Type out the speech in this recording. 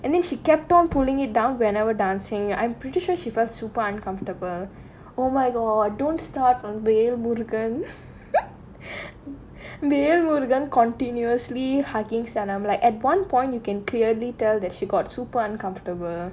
and then she kept on pulling it down whenever dancing I'm pretty sure she got super comfortable oh my god don't start on velmurugan velmurugan continuously hugging sanam like at one point you can clearly tell that she got super uncomfortable